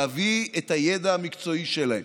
להביא את הידע המקצועי שלהם.